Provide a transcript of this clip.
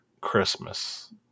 Christmas